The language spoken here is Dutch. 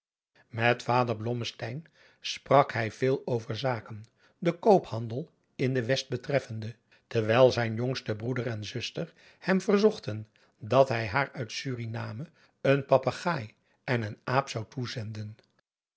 met vader blommesteyn sprak hij veel over zaken den koophandel in de west betreffende terwijl zijn jongste broeder en zuster hem verzochten dat hij haar uit suriname een papegaai en een aap zou toezenden